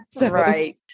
Right